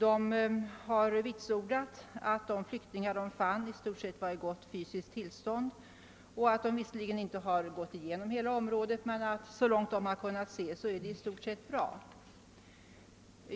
områdena har vitsordat att de flyktingar de fann i stort sett var i gott fysiskt tillstånd. De har visserligen inte gått igenom hela området men har i stort funnit förhållandena vara tillfredsställande.